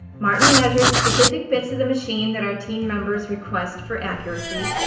martin measures specific bits of the machine that our team members request for accuracy.